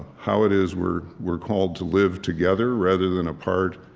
how it is we're we're called to live together rather than apart,